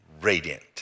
radiant